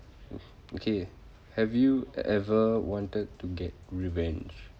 okay have you ever wanted to get revenge